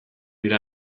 dira